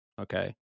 Okay